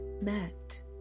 met